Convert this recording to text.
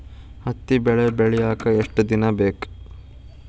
ಹತ್ತಿ ಬೆಳಿ ಬೆಳಿಯಾಕ್ ಎಷ್ಟ ದಿನ ಬೇಕ್?